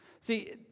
See